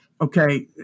okay